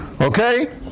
Okay